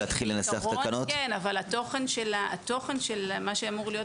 כעיקרון כן אבל התוכן של מה שאמור להיות